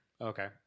Okay